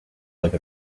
like